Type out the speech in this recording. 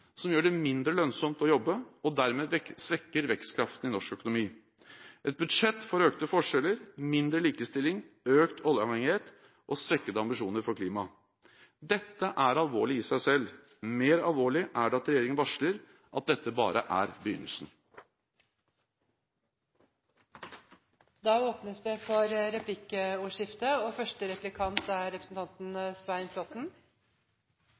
som gjør det mindre lønnsomt å jobbe og dermed svekker vekstkraften i norsk økonomi. Det er et budsjett for økte forskjeller, mindre likestilling, økt oljeavhengighet og svekkede ambisjoner for klimaet. Dette er alvorlig i seg selv. Mer alvorlig er det at regjeringen varsler at dette bare er begynnelsen. Det blir replikkordskifte. Representanten Stoltenberg sier at man kan disponere oljepengene som er